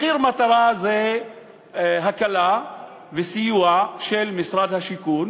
מחיר מטרה זה הקלה וסיוע של משרד השיכון